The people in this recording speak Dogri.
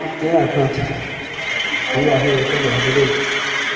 केह् आखना